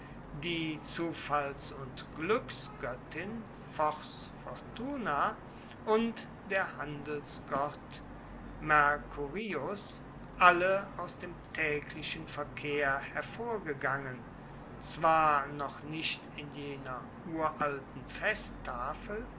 die zufalls und gluecksgoettin fors fortuna und der handelsgott mercurius alle aus dem taeglichen verkehr hervorgegangen zwar noch nicht in jener uralten festtafel